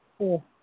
ꯑꯣ